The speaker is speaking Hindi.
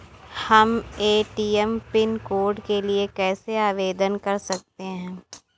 हम ए.टी.एम पिन कोड के लिए कैसे आवेदन कर सकते हैं?